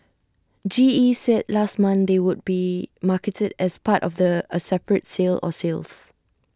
G E said last month they would be marketed as part of A separate sale or sales